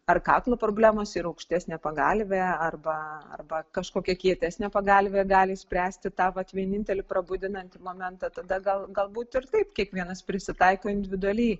ar kaklo problemos ir aukštesnė pagalvė arba arba kažkokia kietesnė pagalvė gali išspręsti tą vienintelį prabudinantį momentą tada gal galbūt ir taip kiekvienas prisitaiko individualiai